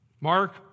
Mark